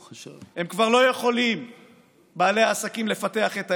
בעלי העסקים כבר לא יכולים לפתח את העסק,